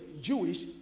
Jewish